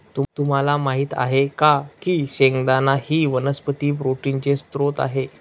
तुम्हाला माहित आहे का की शेंगदाणा ही वनस्पती प्रोटीनचे स्त्रोत आहे